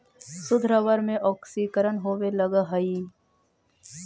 शुद्ध रबर में ऑक्सीकरण होवे लगऽ हई